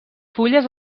fulles